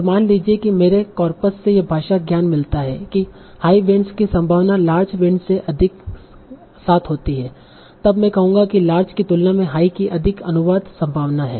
और मान लीजिए कि मेरे कार्पस से यह भाषा ज्ञान मिलता है कि हाई विंड्स की संभावना लार्ज विंड्स से अधिक साथ होती हैं तब मैं कहूंगा कि लार्ज की तुलना में हाई की अधिक अनुवाद संभावना है